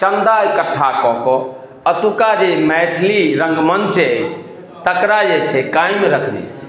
चन्दा इकठ्ठा कऽ कऽ अतुक्का जे मैथिली रङ्गमञ्च अछि तकरा जे छै कायम रखने छी